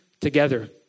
together